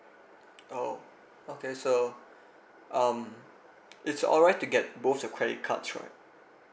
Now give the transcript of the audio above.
oh okay so um it's alright to get both your credit cards right